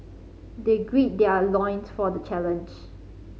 they gird their loins for the challenge